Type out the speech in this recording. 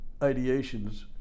ideations